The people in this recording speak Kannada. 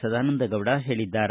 ಸದಾನಂದಗೌಡ ಹೇಳಿದ್ದಾರೆ